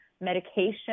medication